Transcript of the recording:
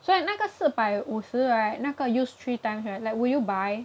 所以那个四百五十 right 那个 used three times right like will you buy